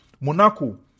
Monaco